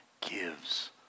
gives